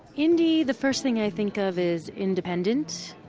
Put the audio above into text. indie, the first thing i think of is independent.